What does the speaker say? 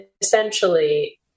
essentially